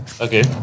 Okay